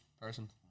person